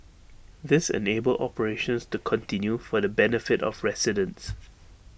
this enabled operations to continue for the benefit of residents